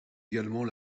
également